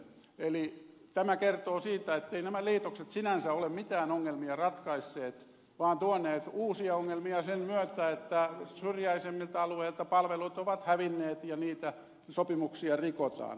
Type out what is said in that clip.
eli tämä kertoo siitä etteivät nämä liitokset sinänsä ole mitään ongelmia ratkaisseet vaan tuoneet uusia ongelmia sen myötä että syrjäisimmiltä alueilta palvelut ovat hävinneet ja niitä sopimuksia rikotaan